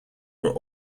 were